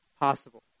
possible